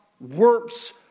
works